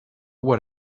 what